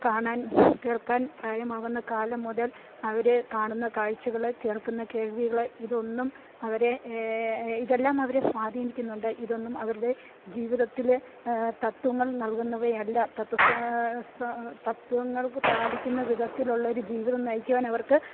കാണാൻ കേൾക്കാൻ പ്രായമാകുന്ന കാലം മുതൽ അവര് കാണുന്ന കാഴ്ചകള് കേൾക്കുന്ന കേൾവികള് ഇതൊന്നും അവരെ ഇതെല്ലാം അവരെ സ്വാധീനിക്കുന്നുണ്ട് ഇതൊന്നും അവരുടെ ജീവിതത്തില് തത്ത്വങ്ങൾ നൽകുന്നവയല്ല തത്ത്വസ സ തത്ത്വങ്ങൾക്ക് പാലിക്കുന്ന വിധത്തിലുള്ളൊരു ജീവിതം നയിക്കുവാൻ അവർക്ക്